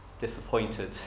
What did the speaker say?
disappointed